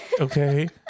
Okay